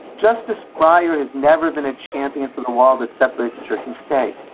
justice breyer has never been a champion for the wall that separates church and state.